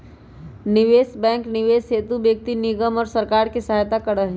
निवेश बैंक निवेश हेतु व्यक्ति निगम और सरकार के सहायता करा हई